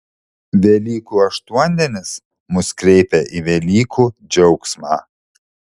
velykų aštuondienis mus kreipia į velykų džiaugsmą